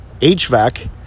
HVAC